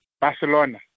Barcelona